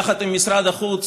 יחד עם משרד החוץ,